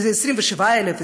שזה 27,000,